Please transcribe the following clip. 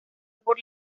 por